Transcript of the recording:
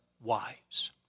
Wives